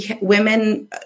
Women